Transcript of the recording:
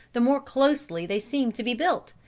the more closely they seemed to be built,